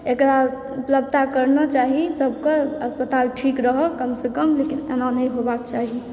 एकरा उपलब्धता करना चाही सबके अस्पताल ठीक रहऽ कम सँ कम लेकिन एना नहि होबाक चाही